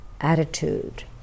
attitude